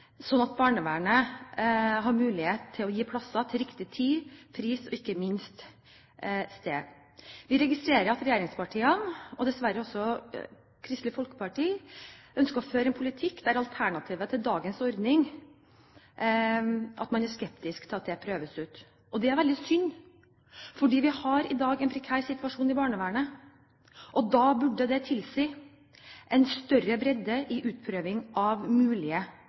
at barnevernet har mulighet til å gi plasser til riktig tid, til riktig pris og ikke minst på rett sted. Vi registrerer at regjeringspartiene – og dessverre også Kristelig Folkeparti – ønsker å føre en politikk der man er skeptisk til at alternativer til dagens ordninger prøves ut. Det er veldig synd, for situasjonen i barnevernet i dag er prekær. Det burde tilsi en større bredde i utprøvingen av mulige